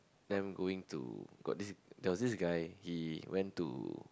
them going to got this there was this guy he went to